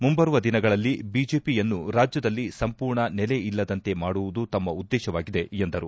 ಮುಂಬರುವ ದಿನಗಳಲ್ಲಿ ಬಿಜೆಪಿಯನ್ನು ರಾಜ್ಯದಲ್ಲಿ ಸಂಪೂರ್ಣ ನೆಲೆಯಿಲ್ಲದಂತೆ ಮಾಡುವುದು ತಮ್ಮ ಉದ್ದೇಶವಾಗಿದೆ ಎಂದರು